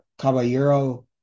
Caballero